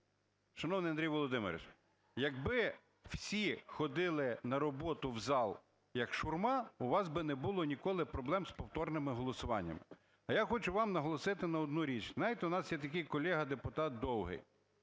Шановний Андрій Володимирович, якби всі ходили на роботу в зал, як Шурма, у вас би не було ніколи проблем з повторними голосуваннями. А я хочу вам наголосити на одну річ. Знаєте, у нас є такий колега - депутат Довгий.